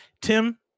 tim